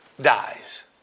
dies